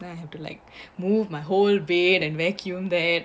then I have to like move my whole bed and vacuum there